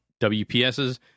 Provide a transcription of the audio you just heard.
WPSs